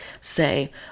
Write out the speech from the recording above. say